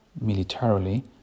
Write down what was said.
militarily